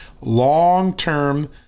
long-term